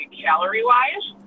calorie-wise